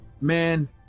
man